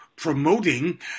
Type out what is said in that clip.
promoting